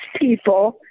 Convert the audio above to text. people